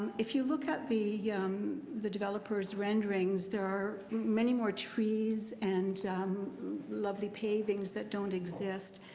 if you look at the the developers renderings. there are many more trees and lovely pavings that don't exist.